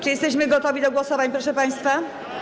Czy jesteśmy gotowi do głosowań, proszę państwa?